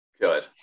Good